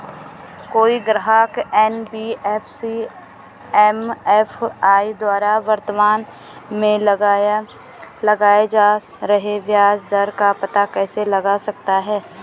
कोई ग्राहक NBFC MFI द्वारा वर्तमान में लगाए जा रहे ब्याज दर का पता कैसे लगा सकता है?